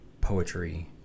poetry